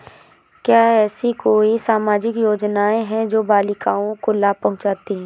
क्या ऐसी कोई सामाजिक योजनाएँ हैं जो बालिकाओं को लाभ पहुँचाती हैं?